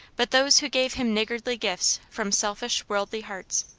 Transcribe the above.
but those who gave him niggardly gifts from selfish worldly hearts.